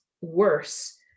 worse